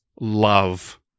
love